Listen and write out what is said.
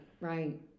right